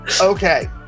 okay